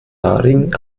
haarigen